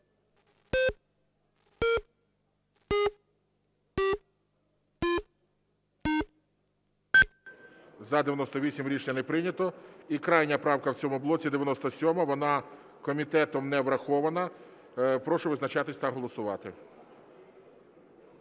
За-98 Рішення не прийнято. І крайня правка в цьому блоці 97. Вона комітетом не врахована. Прошу визначатись та голосувати.